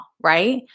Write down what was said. right